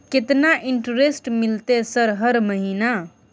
केतना इंटेरेस्ट मिलते सर हर महीना?